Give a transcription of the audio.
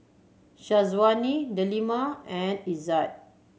Syazwani Delima and Izzat